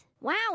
Wow